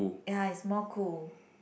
ya it's more cool